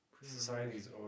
society's